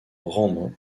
rendent